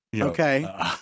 Okay